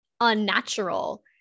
unnatural